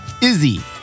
Izzy